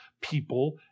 people